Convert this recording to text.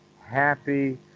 happy